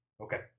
Okay